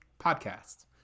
podcast